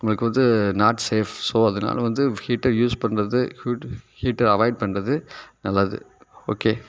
நம்மளுக்கு வந்து not safe so அதுனால வந்து ஹீட்டர் யூஸ் பண்ணுறது ஹீட்டர் ஹீட்டர் அவாய்ட் பண்ணுறது நல்லது ஓகே